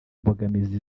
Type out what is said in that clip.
mbogamizi